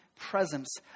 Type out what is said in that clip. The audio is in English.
presence